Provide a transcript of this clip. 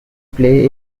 play